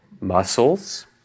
muscles